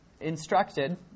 instructed